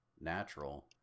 natural